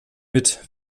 mit